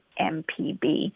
mpb